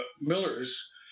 millers